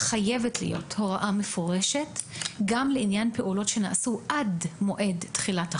חייבת להיות הוראה מפורשת גם לעניין פעולות שנעשו עד מועד תחילת החוק,